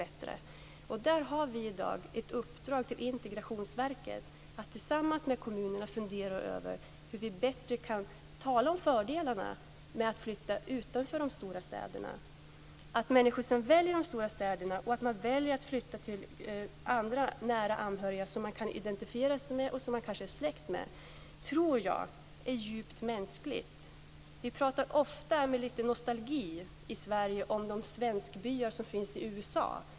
Det finns i dag ett uppdrag till Integrationsverket att tillsammans med kommunerna fundera över hur vi bättre kan tala om fördelarna med att flytta till områden utanför de stora städerna. Jag tror att det är djupt mänskligt att människor väljer att flytta till nära anhöriga som de kan identifiera sig med och kanske är släkt med i storstäderna. Vi pratar ofta här i Sverige med lite nostalgi om de flera hundra år gamla svenskbyar som finns i USA.